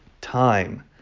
time